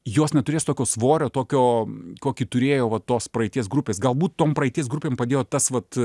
jos neturės tokio svorio tokio kokį turėjo va tos praeities grupės galbūt tom praeities grupėm padėjo tas vat